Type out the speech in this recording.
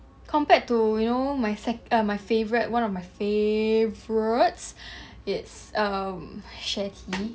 compared to you know my sec~ ah my favorite one of my favorites it's um sharetea